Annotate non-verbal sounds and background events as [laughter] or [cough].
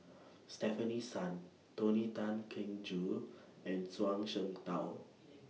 Stefanie Sun Tony Tan Keng Joo and Zhuang Shengtao [noise]